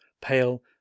pale